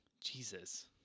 jesus